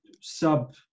sub